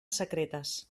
secretes